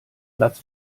platz